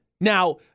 Now